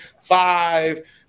five